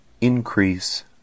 increase